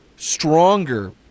stronger